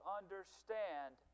understand